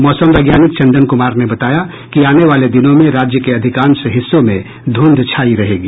मौसम वैज्ञानिक चंदन कुमार ने बताया कि आने वाले दिनों में राज्य के अधिकांश हिस्सों में धुंध छायी रहेगी